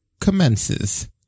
commences